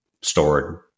stored